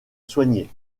soignée